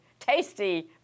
Tasty